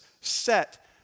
set